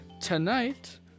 tonight